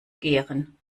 gären